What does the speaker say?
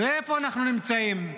ואיפה אנחנו נמצאים?